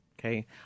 okay